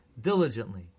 diligently